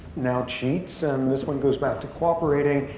now cheats and this one goes back to cooperating,